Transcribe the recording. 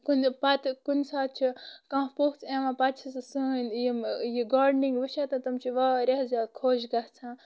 کُنۍ پتہٕ کُنہِ ساتہٕ چھُ کانٛہہ پوٚژھ یِوان پتہٕ چھُ سُہ سٲنۍ یمِ یہِ گاڈنِنگ وٕچھان تہِ تِم چھِ واریاہ خۄش گژھان